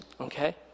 okay